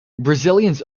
brazilians